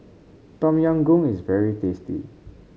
Tom Yam Goong is very tasty